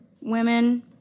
women